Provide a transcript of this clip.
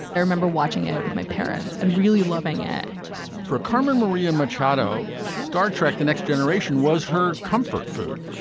i remember watching it it with my parents and really loving it for carmen maria machado star trek the next generation was her comfort food.